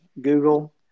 Google